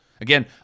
Again